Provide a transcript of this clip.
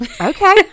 Okay